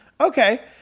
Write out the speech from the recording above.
Okay